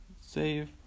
save